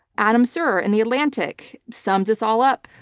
adam serwer in the atlantic sums this all up,